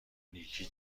نیکی